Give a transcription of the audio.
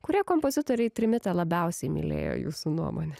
kurie kompozitoriai trimitą labiausiai mylėjo jūsų nuomone